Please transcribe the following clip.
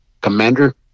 Commander